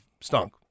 stunk